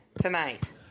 tonight